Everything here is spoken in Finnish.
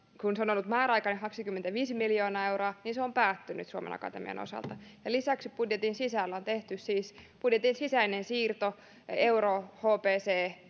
se määräaikainen kaksikymmentäviisi miljoonaa euroa on päättynyt suomen akatemian osalta lisäksi on siis tehty budjetin sisäinen siirto eurohpc